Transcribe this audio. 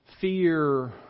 fear